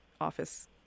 office